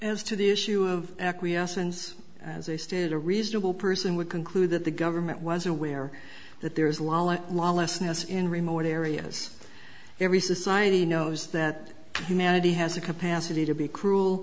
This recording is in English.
as to the issue of acquiescence as i stated a reasonable person would conclude that the government was aware that there is law and lawlessness in remote areas every society knows that humanity has a capacity to be cruel